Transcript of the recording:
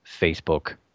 Facebook